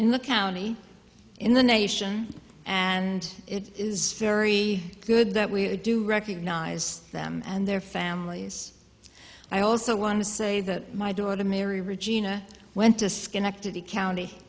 in the county in the nation and it is very good that we do recognize them and their families i also want to say that my daughter mary regina went to schenectady county